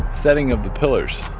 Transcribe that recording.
setting of the pillars.